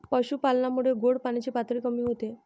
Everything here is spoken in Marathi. पशुपालनामुळे गोड पाण्याची पातळी कमी होते